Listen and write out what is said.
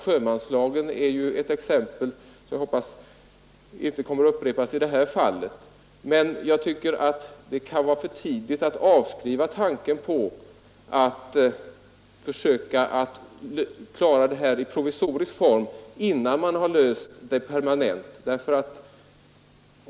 Sjömanslagen är ett exempel som jag hoppas inte kommer att upprepas. Jag anser att det är för tidigt att avskriva tanken på att försöka åtstadkomma en provisorisk lösning i avvaktan på en permanent lösning.